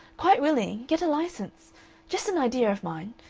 quite willing. get a license just an idea of mine.